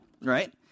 Right